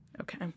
okay